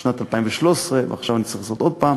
בשנת 2013, ועכשיו אני צריך לעשות עוד פעם,